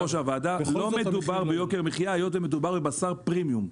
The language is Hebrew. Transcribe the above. לא מדובר ביוקר המחיה היות ומדובר בבשר פרימיום.